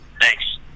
thanks